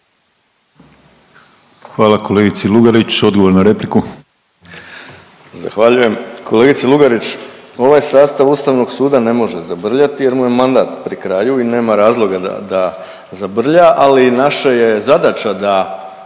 Hvala kolegici Lugarić. Odgovor na repliku.